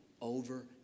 over